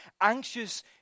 anxious